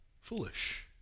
foolish